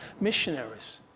missionaries